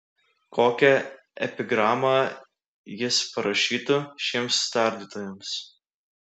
kokią epigramą jis parašytų šiems tardytojams